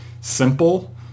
simple